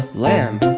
lamb